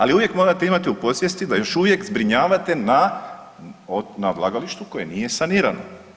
Ali uvijek morate imati u podsvijesti da još uvijek zbrinjavate na odlagalištu koje nije sanirano.